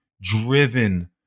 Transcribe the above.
driven